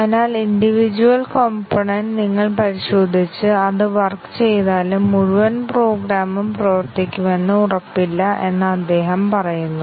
അതിനാൽ individual component നിങ്ങൾ പരിശോധിച്ച് അത് വർക്ക് ചെയ്താലും മുഴുവൻ പ്രോഗ്രാമും പ്രവർത്തിക്കുമെന്ന് ഉറപ്പില്ല എന്നു അദ്ദേഹം പറയുന്നു